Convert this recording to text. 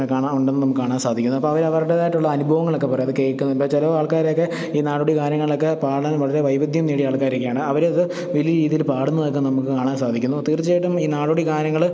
കാണാൻ ഉണ്ടെന്ന് നമുക്ക് കാണാൻ സാധിക്കുന്നത് അപ്പം അവര് അവരുടേതായിട്ടുള്ള അനുഭവങ്ങളൊക്കെ പറയും അത് കേൾക്കുമ്പം ചില ആൾക്കാരൊക്കെ ഈ നാടോടി ഗാനങ്ങളൊക്കെ പാടാൻ വളരെ വൈവിധ്യം നേടിയ ആൾക്കാരൊക്കെയാണ് അവരത് വലിയ രീതിയില് പാടുന്നതൊക്കെ നമുക്ക് കാണാൻ സാധിക്കുന്നു തീർച്ചയായിട്ടും ഈ നാടോടി ഗാനങ്ങള്